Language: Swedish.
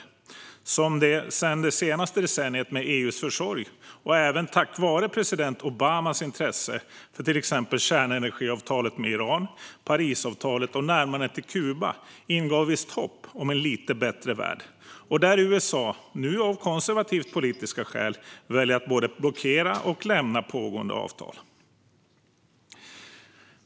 Det gäller till exempel att det senaste decenniets - med EU:s försorg och även tack vare president Obamas intresse - kärnenergiavtal med Iran, Parisavtal och närmande till Kuba ingav ett visst hopp om en lite bättre värld. Där har USA, nu av konservativt politiska skäl, valt att både blockera och lämna pågående avtal.